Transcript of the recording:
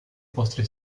postre